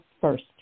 first